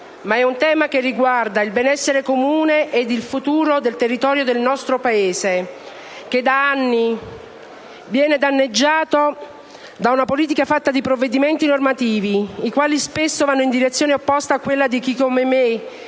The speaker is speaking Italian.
ma è un tema che riguarda il benessere comune e il futuro del territorio del nostro Paese; territorio che da anni viene danneggiato da una politica fatta di provvedimenti normativi che spesso vanno in direzione opposta a quella auspicata da